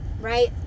right